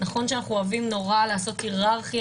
נכון שאנחנו אוהבים נורא לעשות היררכיה